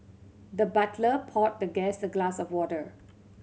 the butler poured the guest a glass of water